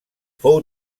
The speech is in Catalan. fou